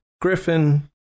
Griffin